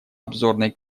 обзорной